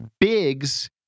Biggs